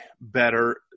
better